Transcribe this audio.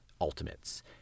ultimates